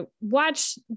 watch